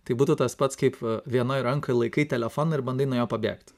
tai būtų tas pats kaip vienoj rankoj laikai telefoną ir bandai nuo jo pabėgt